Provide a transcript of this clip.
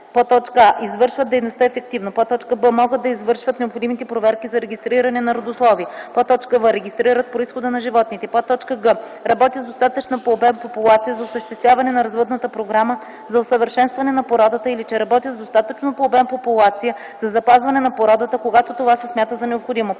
че: а) извършват дейността ефективно; б) могат да извършват необходимите проверки за регистриране на родословие; в) регистрират произхода на животните; г) работят с достатъчна по обем популация за осъществяване на развъдната програма за усъвършенстване на породата или че работят с достатъчна по обем популация за запазване на породата, когато това се смята за необходимо;